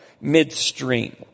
midstream